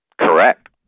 Correct